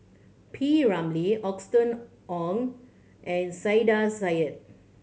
P Ramlee Austen Ong and Saiedah Said